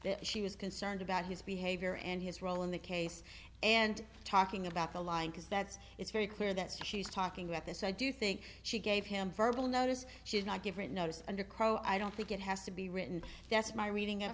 that she was concerned about his behavior and his role in the case and talking about the lying because that's it's very clear that she's talking about this i do think she gave him verbal notice she's not given notice under crow i don't think it has to be written that's my reading